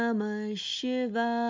Shiva